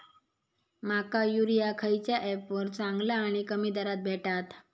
माका युरिया खयच्या ऍपवर चांगला आणि कमी दरात भेटात?